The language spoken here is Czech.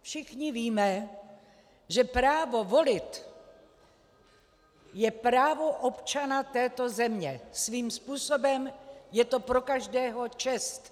Všichni víme, že právo volit je právo občana této země, svým způsobem je to pro každého čest.